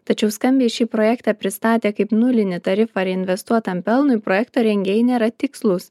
tačiau skambiai šį projektą pristatė kaip nulinį tarifą reinvestuotam pelnui projekto rengėjai nėra tikslūs